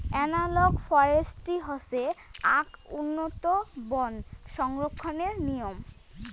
analogue forestry হসে আক উন্নতম বন সংরক্ষণের নিয়ম